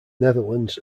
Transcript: netherlands